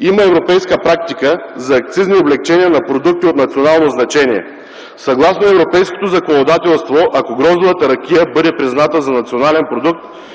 Има европейска практика за акцизни облекчения на продукти от национално значение. Съгласно европейското законодателство, ако гроздовата ракия бъде призната за национален продукт,